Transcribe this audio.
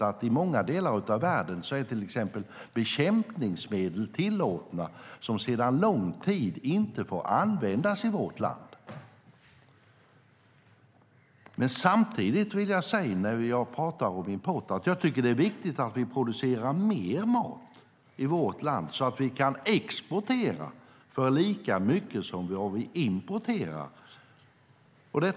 I många delar av världen är det till exempel tillåtet med bekämpningsmedel som sedan lång tid tillbaka inte får användas i vårt land. Samtidigt vill jag när vi pratar om import säga att jag tycker att det är viktigt att vi producerar mer mat i vårt land, så att vi kan exportera för lika mycket som vi importerar för.